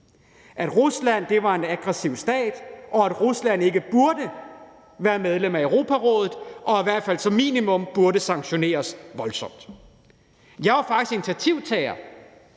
at Rusland er en aggressiv stat, og at Rusland ikke burde være medlem af Europarådet og i hvert fald som minimum burde sanktioneres voldsomt. Jeg var faktisk initiativtager